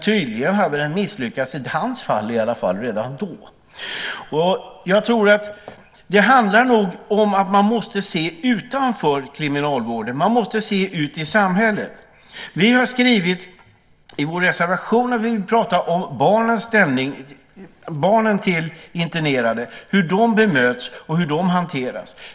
Tydligen hade den ändå misslyckats i hans fall redan då. Jag tror att det handlar om att man måste se på samhället utanför kriminalvården. Vi har i vår reservation resonerat om den ställning som barnen till internerade har och hur de bemöts och hanteras.